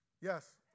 Yes